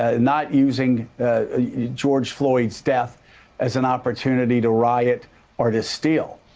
ah not using george floyd's death as an opportunity to riot or to steal.